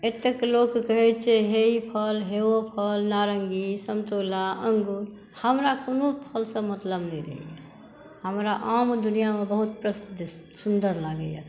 एतेक लोक कहै छै हे ई फल हे ओ फल नारंगी संतोला अंगूर हमरा कोनो फलसॅं मतलब नहि रहै यऽ हमरा आम दुनियामे बहुत सुन्दर लागैया यऽ